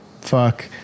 fuck